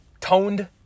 toned